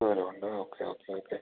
ദൂരവും ഉണ്ട് okay okay okay